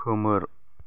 खोमोर